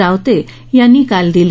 रावते यांनी काल दिली